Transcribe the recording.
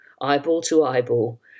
eyeball-to-eyeball